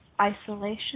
isolation